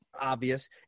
obvious